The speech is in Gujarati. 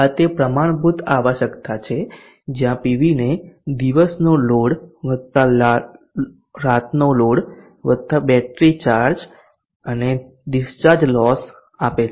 આ તે પ્રમાણભૂત આવશ્યકતા છે જ્યાં પીવીને દિવસનો લોડ વત્તા રાતનો લોડ વત્તા બેટરી ચાર્જ અને ડિસ્ચાર્જ લોસ આપે છે